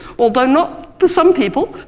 although not for some people.